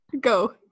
Go